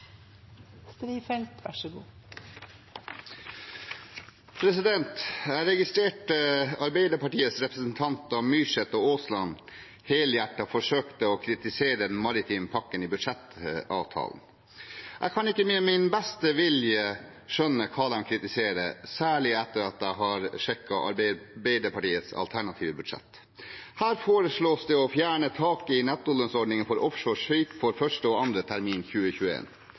Jeg registrerte at Arbeiderpartiets representanter Myrseth og Aasland helhjertet forsøkte å kritisere den maritime pakken i budsjettavtalen. Jeg kan ikke med min beste vilje skjønne hva de kritiserer, særlig etter at jeg har sjekket Arbeiderpartiets alternative budsjett. Her foreslås det å fjerne taket i nettolønnsordningen for offshoreskip for 1. og 2. termin